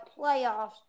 playoffs